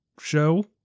show